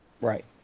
Right